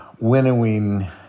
winnowing